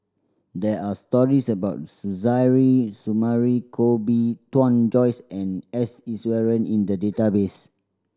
there are stories about Suzairhe Sumari Koh Bee Tuan Joyce and S Iswaran in the database